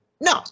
no